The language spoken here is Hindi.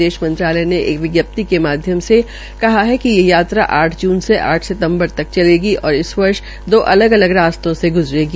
विदेश मंत्रालय ने एक विज्ञप्ति के माध्यम मे कहा है कि ये यात्रा आठ जून से आठ सितम्बर तक चलेगी और इस वर्ष दो अलग अलग रास्तो से ग़जरेगी